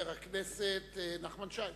חבר הכנסת נחמן שי.